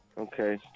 Okay